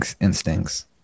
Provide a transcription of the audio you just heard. instincts